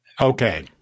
Okay